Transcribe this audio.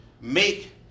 make